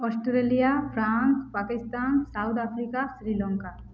Australia France Pakistan South Africa Sri Lanka